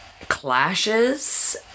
clashes